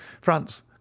france